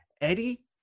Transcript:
Eddie